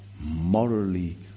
morally